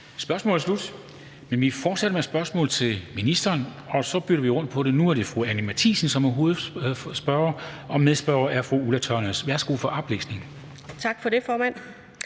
Spørgsmålet er slut. Vi fortsætter med spørgsmål til ministeren, men vi bytter rundt på det: Nu er det fru Anni Matthiesen, som er hovedspørger, og medspørger er fru Ulla Tørnæs. Kl. 14:09 Spm. nr. S 529 14) Til